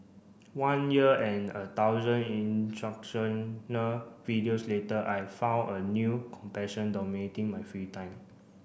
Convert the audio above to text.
one year and a thousand instructional videos later I found a new compassion dominating my free time